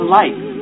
life